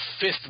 fifth